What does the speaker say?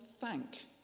thank